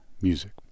music